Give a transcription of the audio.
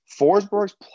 Forsberg's